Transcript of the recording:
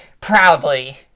proudly